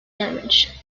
damage